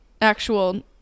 actual